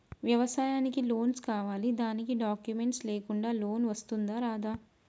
వ్యవసాయానికి లోన్స్ కావాలి దానికి డాక్యుమెంట్స్ లేకుండా లోన్ వస్తుందా రాదా?